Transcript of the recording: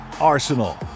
arsenal